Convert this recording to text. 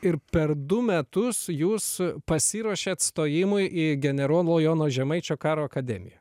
ir per du metus jūs pasiruošėt stojimui į generolo jono žemaičio karo akademiją